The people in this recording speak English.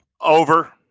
Over